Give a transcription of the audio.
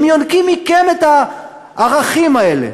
הם יונקים מכם את הערכים האלה.